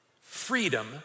Freedom